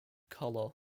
colour